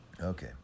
Okay